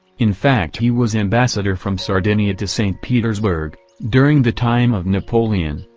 in fact he was ambassador from sardinia to st. petersburg, during the time of napoleon,